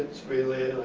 really